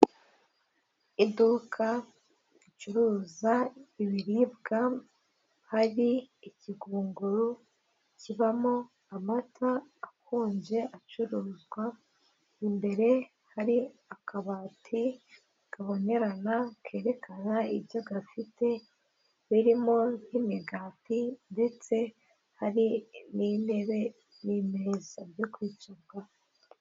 Iduka ricuruza ibiribwa, hari ikigunguru kibamo amata akonje acuruzwa, imbere hari akabati kabonerana, kerekana ibyo gafite, birimo nk'imigati, ndetse hari n'intebe n'imeza byo kwicarwaho.